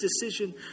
decision